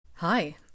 Hi